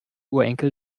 urenkel